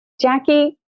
Jackie